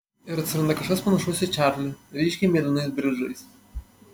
ir atsiranda kažkas panašaus į čarlį ryškiai mėlynais bridžais